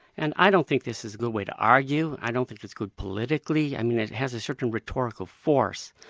and i don't think this is a good way to argue. i don't think it's good politically, i mean it has a certain rhetorical force.